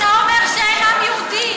אתה אומר שאין עם יהודי.